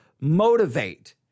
motivate